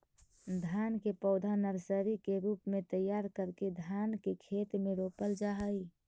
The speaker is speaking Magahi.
धान के पौधा नर्सरी के रूप में तैयार करके धान के खेत में रोपल जा हइ